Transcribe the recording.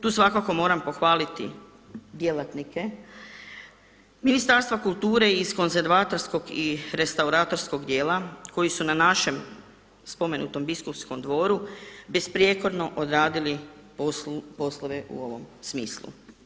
Tu svakako moram pohvaliti djelatnike Ministarstva kulture iz konzervatorskog i restauratorskog dijela koji su na našem spomenutom biskupskom dvoru besprijekorno odradili poslove u ovom smislu.